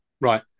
Right